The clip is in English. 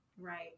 Right